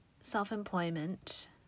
self-employment